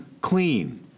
clean